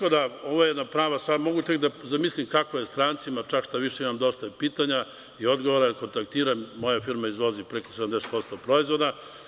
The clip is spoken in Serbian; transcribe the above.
Ovo je jedna prava stvar, mogu da zamislim kako je strancima, čak šta više imam dosta i pitanja i odgovora i kontaktiram, moja firma izvozi preko 70% proizvoda.